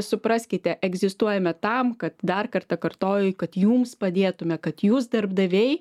supraskite egzistuojame tam kad dar kartą kartoju kad jums padėtume kad jūs darbdaviai